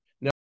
Now